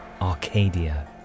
Arcadia